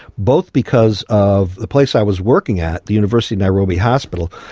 both because of the place i was working at, the university of nairobi hospital,